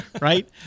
right